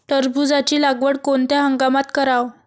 टरबूजाची लागवड कोनत्या हंगामात कराव?